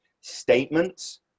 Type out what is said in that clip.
statements